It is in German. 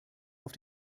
auf